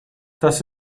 dass